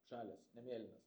žalias ne mėlynas